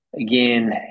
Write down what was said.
Again